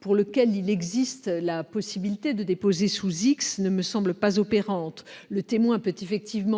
pour lequel il existe la possibilité de déposer sous X, ne me semble pas opérante. Le témoin peut